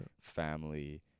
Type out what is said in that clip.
family